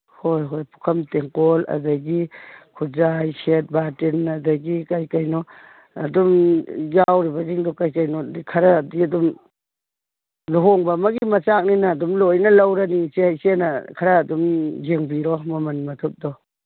ꯍꯣꯏ ꯍꯣꯏ ꯄꯨꯈꯝ ꯇꯦꯡꯀꯣꯠ ꯑꯗꯒꯤ ꯈꯨꯖꯥꯏ ꯁꯦꯠ ꯕꯥꯇꯤꯟ ꯑꯗꯒꯤ ꯀꯩꯀꯩꯅꯣ ꯑꯗꯨꯝ ꯌꯥꯎꯔꯤꯕꯁꯤꯡꯗꯣ ꯀꯩꯀꯩꯅꯣ ꯈꯔꯗꯤ ꯑꯗꯨꯝ ꯂꯨꯍꯣꯡꯕ ꯑꯃꯒꯤ ꯃꯆꯥꯛꯅꯤꯅ ꯑꯗꯨꯝ ꯂꯣꯏꯅ ꯂꯧꯔꯅꯤ ꯏꯆꯦ ꯏꯆꯦꯅ ꯈꯔ ꯑꯗꯨꯝ ꯌꯦꯡꯕꯤꯔꯣ ꯃꯃꯜ ꯃꯊꯥꯗꯣ